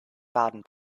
baden